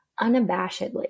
unabashedly